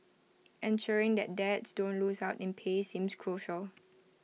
ensuring that dads don't lose out in pay seems crucial